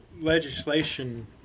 legislation